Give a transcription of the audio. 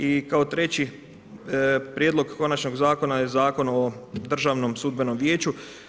I kao treći prijedlog Konačnog zakona je Zakon o Državnom sudbenom vijeću.